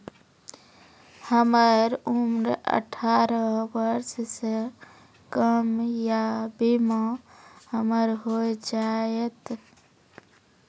हमर उम्र अठारह वर्ष से कम या बीमा हमर हो जायत?